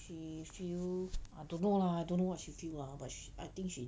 she feel I don't know lah I don't know what she feel lah but she I think she